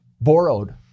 borrowed